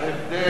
ההבדל,